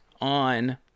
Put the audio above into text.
on